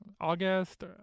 August